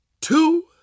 two